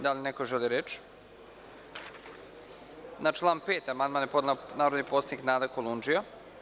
Da li neko želi reč? (Ne.) Na član 5. amandman je podnela narodni poslanik Nada Kolundžija.